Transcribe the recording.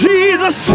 Jesus